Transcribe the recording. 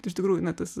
iš tikrųjų na tas